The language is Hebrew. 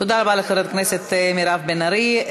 תודה רבה לחברת הכנסת מירב בן ארי.